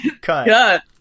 cut